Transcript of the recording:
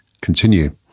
continue